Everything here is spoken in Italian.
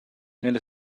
nelle